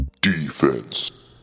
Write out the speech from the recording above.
Defense